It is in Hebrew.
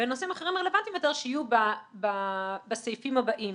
בנושאים אחרים רלבנטיים יותר שיהיו בסעיפים הבאים,